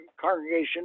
congregation